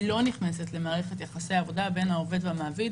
היא לא נכנסת למערכת יחסי עבודה בין העובד והמעביד.